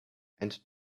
and